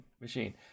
machine